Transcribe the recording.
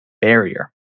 barrier